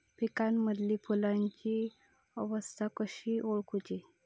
पिकांमदिल फुलांची अवस्था कशी ओळखुची?